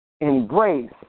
embrace